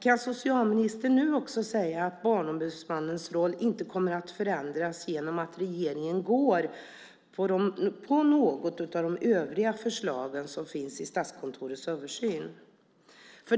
Kan socialministern nu också säga att Barnombudsmannens roll inte kommer att förändras genom att regeringen går på något av de övriga förslag som finns i Statskontorets översyn?